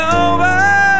over